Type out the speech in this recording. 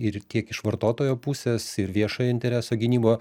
ir tiek iš vartotojo pusės ir viešojo intereso gynybo